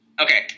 Okay